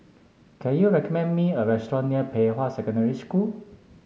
can you recommend me a restaurant near Pei Hwa Secondary School